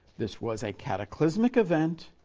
this was a cataclysmic event,